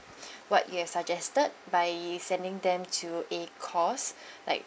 what you have suggested by sending them to a course like